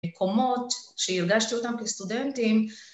מקומות שהרגשתי אותם כסטודנטים.